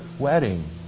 wedding